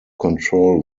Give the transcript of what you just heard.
control